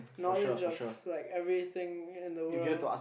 knowledge of like everything in the world